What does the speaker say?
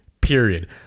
Period